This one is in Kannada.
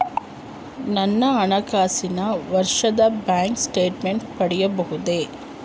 ನನ್ನ ಹಣಕಾಸಿನ ವರ್ಷದ ಬ್ಯಾಂಕ್ ಸ್ಟೇಟ್ಮೆಂಟ್ ಪಡೆಯಬಹುದೇ?